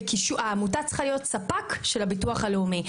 העמותה צריכה להיות ספק של הביטוח הלאומי.